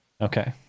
okay